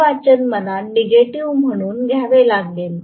हे वाचन मला नेगेटिव्ह म्हणून घ्यावे लागेल